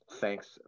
Thanks